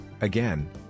Again